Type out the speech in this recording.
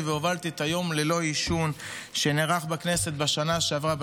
והובלתי את היום ללא עישון שנערך בכנסת בשנה שעברה,